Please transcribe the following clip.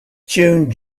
tune